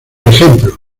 ejemplo